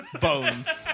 Bones